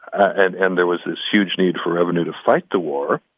and and there was this huge need for revenue to fight the war.